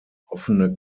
offene